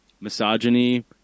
misogyny